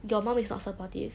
your mom is not supportive